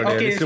Okay